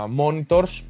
monitors